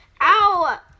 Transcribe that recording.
Ow